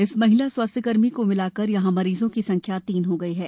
इस महिला स्वास्थ्य कर्मी को मिलाकर यहां मरीजों की संख्या तीन हो गई है